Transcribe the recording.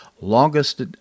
longest